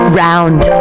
round